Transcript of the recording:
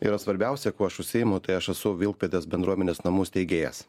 yra svarbiausia kuo aš užsiimu tai aš esu vilkpėdės bendruomenės namų steigėjas